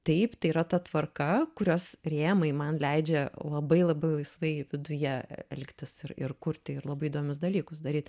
taip tai yra ta tvarka kurios rėmai man leidžia labai labai laisvai viduje elgtis ir ir kurti ir labai įdomius dalykus daryt